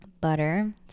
butter